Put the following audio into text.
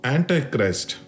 Antichrist